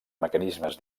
mecanismes